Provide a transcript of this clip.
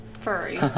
Furry